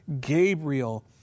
Gabriel